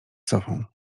sofą